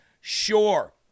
sure